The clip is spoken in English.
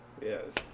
Yes